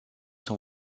son